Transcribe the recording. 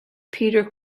peter